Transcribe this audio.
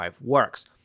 works